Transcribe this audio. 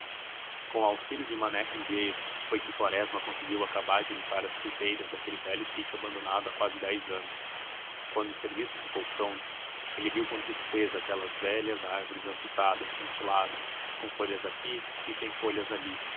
com auxílio de mané candeeiro foi que quaresma conseguiu acabar de limpar as fruteiras daquele velho sítio abandonado há quase dez anos quando o serviço ficou pronto ele viu com tristeza aquelas velhas árvores amputadas mutiladas com folhas aqui e sem folhas ali